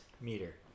meter